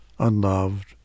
unloved